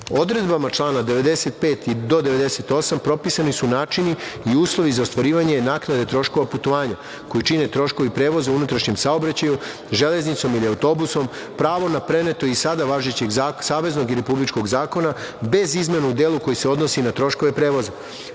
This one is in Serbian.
člana 95. do 98. propisani su načini i uslovi za ostvarivanje naknade troškova putovanja koji čine troškovi prevoza u unutrašnjem saobraćaju, železnicom ili autobusom, pravo preneto iz sada važećeg saveznog i republičkog zakona, bez izmene u delu koji se odnosi na troškove prevoza.